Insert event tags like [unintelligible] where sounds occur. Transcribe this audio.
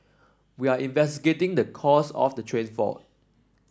we are [unintelligible] the cause of the train fault